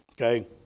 Okay